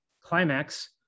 climax